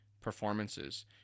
performances